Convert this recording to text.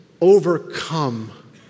overcome